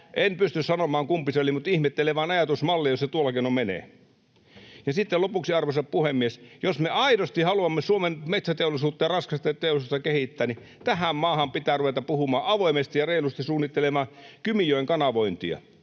En pysty sanomaan kumpi se oli, mutta ihmettelen vaan ajatusmallia, jos se tuolla keinoin menee. Ja sitten lopuksi, arvoisa puhemies, jos me aidosti haluamme Suomen metsäteollisuutta ja raskasta teollisuutta kehittää, niin tähän maahan pitää ruveta puhumaan, avoimesti ja reilusti suunnittelemaan Kymijoen kanavointia.